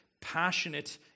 passionate